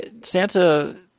Santa